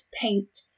paint